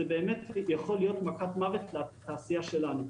זו באמת יכולה להיות מכת מוות לתעשייה שלנו.